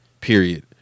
period